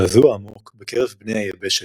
הזעזוע העמוק בקרב בני היבשת,